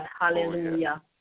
Hallelujah